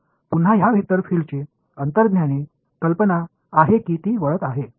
तर पुन्हा या वेक्टर फील्डची अंतर्ज्ञानी कल्पना आहे की ती वळत आहे